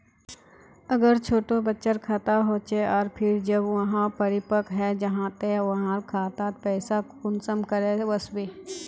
अगर छोटो बच्चार खाता होचे आर फिर जब वहाँ परिपक है जहा ते वहार खातात पैसा कुंसम करे वस्बे?